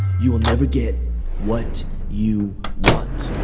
you will never get what you want.